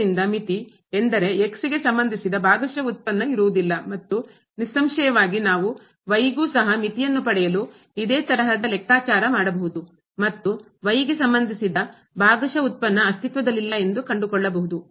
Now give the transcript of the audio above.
ಆದ್ದರಿಂದ ಮಿತಿ ಎಂದರೆ ಗೆ ಸಂಬಂಧಿಸಿದ ಭಾಗಶಃ ಉತ್ಪನ್ನ ಇರುವುದಿಲ್ಲ ಮತ್ತು ನಿಸ್ಸಂಶಯವಾಗಿ ನಾವು ಗೂ ಸಹ ಮಿತಿಯನ್ನು ಪಡೆಯಲು ಇದೇ ತರಹದ ಲೆಕ್ಕಾಚಾರ ಮಾಡಬಹುದು ಮತ್ತು ಗೆ ಸಂಬಂಧಿಸಿದ ಭಾಗಶಃ ಉತ್ಪನ್ನ ಅಸ್ತಿತ್ವದಲ್ಲಿಲ್ಲ ಎಂದು ಕಂಡುಕೊಳ್ಳಬಹುದು